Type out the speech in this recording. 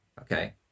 okay